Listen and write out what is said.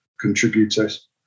contributors